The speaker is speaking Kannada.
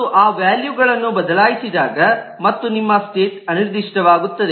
ಮತ್ತು ಆ ವ್ಯಾಲ್ಯೂಗಳನ್ನು ಬದಲಾಯಿಸಿದಾಗ ಮತ್ತು ನಿಮ್ಮ ಸ್ಟೇಟ್ ಅನಿರ್ದಿಷ್ಟವಾಗುತ್ತದೆ